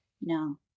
No